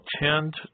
attend